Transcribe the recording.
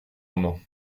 roman